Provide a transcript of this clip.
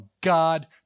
God